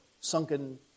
sunken